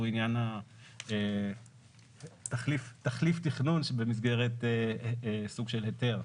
עניין תחליף תכנון שבמסגרת סוג של היתר.